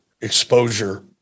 exposure